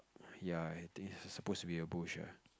ya I think is supposed to be a bush ah